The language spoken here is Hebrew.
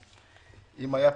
אל תדאג.